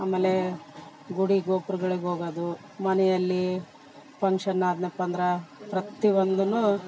ಆಮೇಲೆ ಗುಡಿ ಗೋಪುರ್ಗಳಿಗ್ ಹೋಗದು ಮನೆಯಲ್ಲಿ ಪಂಕ್ಷನ್ ಅದಪ್ಪಾ ಅಂದ್ರೆ ಪ್ರತಿಒಂದನ್ನು